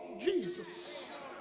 Jesus